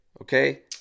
okay